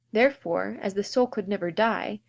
therefore, as the soul could never die,